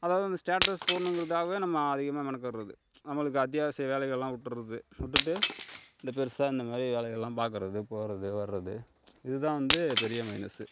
அதாவது அந்த ஸ்டேட்டஸ் போடணுங்கிறத்துக்காகவே நம்ம அதிகமாக மெனக்கெடறது அவங்களுக்கு அத்தியாவசிய வேலைகள்லாம் விட்டுறது விட்டுவிட்டு இந்த பெரிசா இந்தமாதிரி வேலைகள்லாம் பார்க்குறது போகிறது வரது இதுதான் வந்து பெரிய மைனஸு